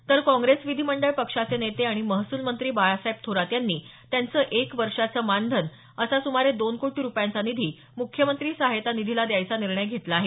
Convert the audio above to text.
तर काँग्रेस विधीमंडळ पक्षाचे नेते आणि महसूल मंत्री बाळासाहेब थोरात यांनी त्यांचं एक वर्षाचं मानधन असा सुमारे दोन कोटी रुपयांचा निधी मुख्यमंत्री सहाय्यता निधीला द्यायचा निर्णय घेतला आहे